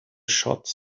shots